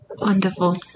wonderful